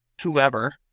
whoever